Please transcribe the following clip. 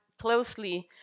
closely